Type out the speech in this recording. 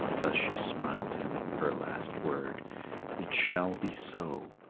thus she smiled him her last word it shall be so,